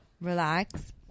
relax